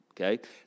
okay